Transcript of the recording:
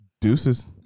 Deuces